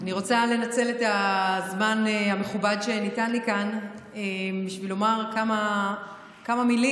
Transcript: אני רוצה לנצל את הזמן המכובד שניתן לי כאן בשביל לומר כמה מילים